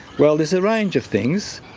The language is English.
well, there's a range of things.